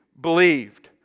believed